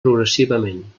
progressivament